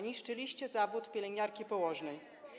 Niszczyliście zawód pielęgniarki, położnej.